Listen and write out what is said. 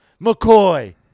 McCoy